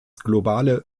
globale